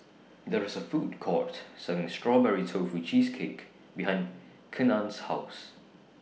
There IS A Food Court Selling Strawberry Tofu Cheesecake behind Kenan's House